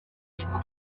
hidden